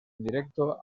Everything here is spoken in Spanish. indirecto